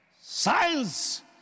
Science